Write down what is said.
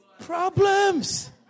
Problems